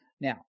Now